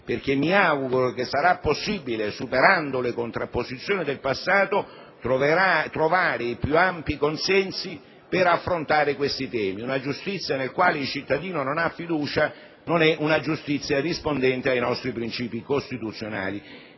perché mi auguro che sarà possibile, superando le contrapposizioni del passato, trovare i più ampi consensi per affrontare questi temi. Una giustizia nella quale il cittadino non ha fiducia non è una giustizia rispondente ai nostri principi costituzionali.